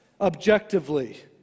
objectively